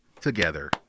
together